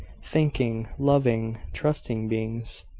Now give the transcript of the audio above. thinking, loving, trusting beings!